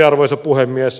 arvoisa puhemies